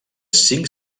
cinc